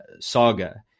saga